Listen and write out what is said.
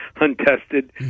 untested